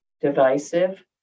divisive